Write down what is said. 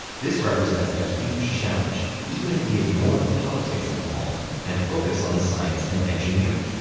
this represents a huge challenge, even if we ignore the politics involved and focus on the science and engineering.